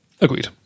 Agreed